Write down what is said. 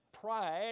pride